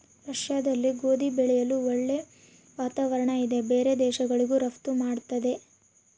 ರಷ್ಯಾದಲ್ಲಿ ಗೋಧಿ ಬೆಳೆಯಲು ಒಳ್ಳೆ ವಾತಾವರಣ ಇದೆ ಬೇರೆ ದೇಶಗಳಿಗೂ ರಫ್ತು ಮಾಡ್ತದೆ